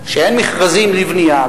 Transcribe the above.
שאין מכרזים לבנייה,